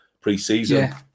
pre-season